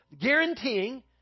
guaranteeing